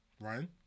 Ryan